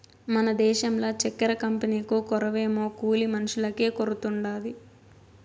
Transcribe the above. మన దేశంల చక్కెర కంపెనీకు కొరవేమో కూలి మనుషులకే కొరతుండాది